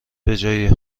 بجای